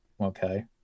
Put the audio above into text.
okay